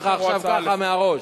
אני אומר לך עכשיו ככה מהראש.